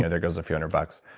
ah there goes a few hundred bucks.